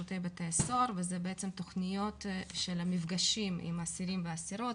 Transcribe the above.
שירות בתי הסוהר וזה בעצם תכניות של מפגשים עם האסירים והאסירות.